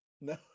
No